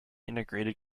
integrated